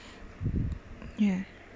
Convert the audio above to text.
ya